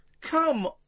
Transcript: come